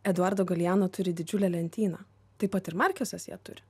eduardo galeano turi didžiulę lentyną taip pat ir markesas ją turi